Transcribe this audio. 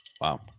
wow